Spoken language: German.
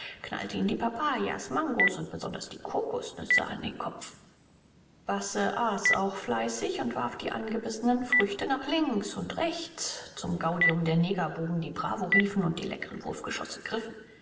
knallte ihm die papayas mangos und besonders die kokosnüsse an den kopf basse aß auch fleißig und warf die angebissenen früchte nach links und rechts zum gaudium der negerbuben die bravo riefen und die leckren wurfgeschosse griffen